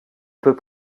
peut